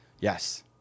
Yes